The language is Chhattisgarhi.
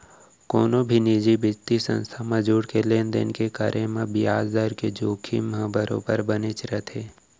कोनो भी निजी बित्तीय संस्था म जुड़के लेन देन के करे म बियाज दर के जोखिम ह बरोबर बनेच रथे